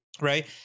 Right